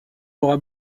laura